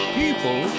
people